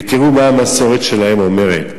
ותראו מה המסורת שלהם אומרת: